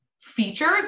features